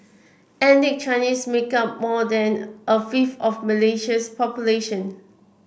ethnic Chinese make up more than a fifth of Malaysia's population